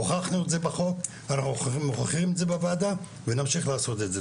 הוכחנו את זה בחוק ואנחנו מוכיחים את זה בוועדה ונמשיך לעשות את זה.